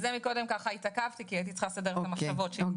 לכן קודם התעכבתי כי הייתי צריכה לסדר את המחשבות שלי.